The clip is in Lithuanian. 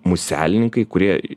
muselininkai kurie